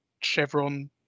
chevron